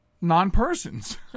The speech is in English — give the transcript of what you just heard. Non-persons